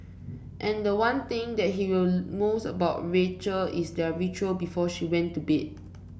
and the one thing that he will most about Rachel is their ritual before she went to bed